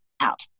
out